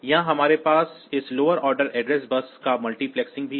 यहां हमारे पास इस लोअर ऑर्डर एड्रेस बस का मल्टीप्लेक्सिंग भी है